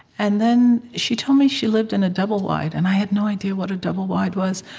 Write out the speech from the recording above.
and then she told me she lived in a double-wide. and i had no idea what a double-wide was,